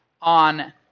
on